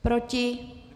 Proti?